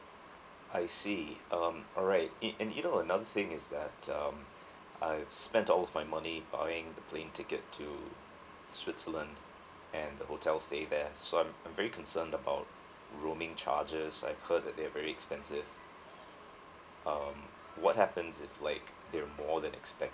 I see um alright it and either another thing is that uh out I've spent all of my money buying the plane ticket to switzerland and the hotel stay there so I'm very concerned about roaming charges I've heard that they're very expensive um what happens if like they are more than expected